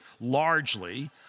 largely